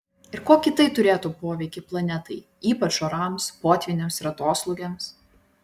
ir kokį tai turėtų poveikį planetai ypač orams potvyniams ir atoslūgiams